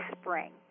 Spring